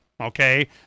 Okay